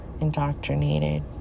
indoctrinated